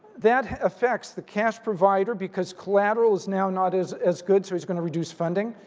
that affects the cash provider because collateral is now not as as good so it's going to reduce funding,